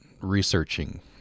researching